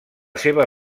seva